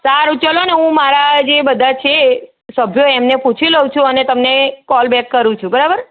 સારું ચાલોને હું મારા જે બધા છે સભ્યો એને પૂછી લઉં છું પછી કોલબેક કરું છું બરાબર